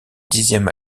dixième